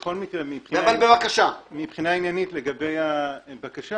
בכל מקרה, מבחינה עניינית לגבי הבקשה,